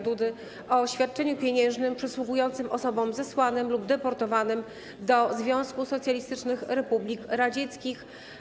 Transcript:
Dudy o świadczeniu pieniężnym przysługującym osobom zesłanym lub deportowanym do Związku Socjalistycznych Republik Radzieckich.